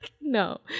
no